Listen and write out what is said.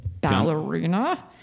ballerina